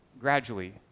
gradually